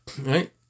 Right